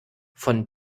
von